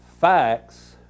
facts